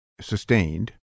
sustained